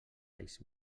alls